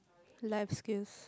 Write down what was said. life skills